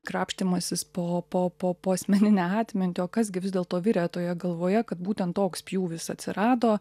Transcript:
krapštymasis po po po po asmeninę atmintį o kas gi vis dėlto virė toje galvoje kad būtent toks pjūvis atsirado